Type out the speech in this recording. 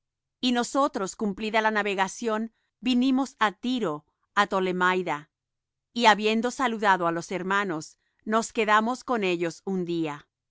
y nosotros cumplida la navegación vinimos de tiro á tolemaida y habiendo saludado á los hermanos nos quedamos con ellos un día